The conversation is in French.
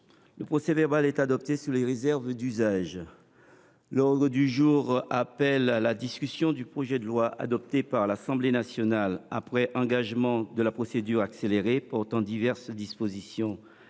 Le procès verbal est adopté sous les réserves d’usage. L’ordre du jour appelle la discussion du projet de loi, adopté par l’Assemblée nationale après engagement de la procédure accélérée, portant diverses dispositions